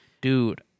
Dude